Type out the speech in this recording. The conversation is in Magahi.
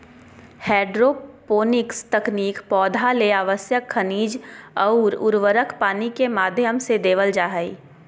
हैडरोपोनिक्स तकनीक पौधा ले आवश्यक खनिज अउर उर्वरक पानी के माध्यम से देवल जा हई